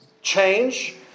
Change